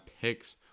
picks